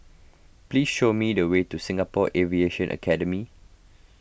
please show me the way to Singapore Aviation Academy